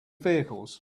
vehicles